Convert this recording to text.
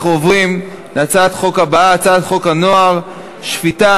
אנחנו עוברים להצעת החוק הבאה: הצעת חוק הנוער (שפיטה,